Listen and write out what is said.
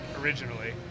originally